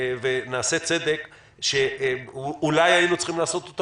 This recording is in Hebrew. ונעשה צדק שאולי היינו צריכים לעשות אותו